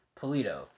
Polito